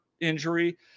injury